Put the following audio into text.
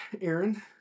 Aaron